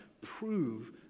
prove